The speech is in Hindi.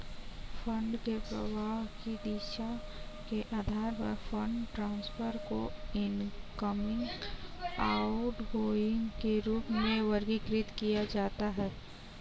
फंड के प्रवाह की दिशा के आधार पर फंड ट्रांसफर को इनकमिंग, आउटगोइंग के रूप में वर्गीकृत किया जाता है